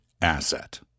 asset